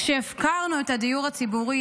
כשהפקרנו את הדיור הציבורי,